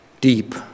deep